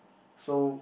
so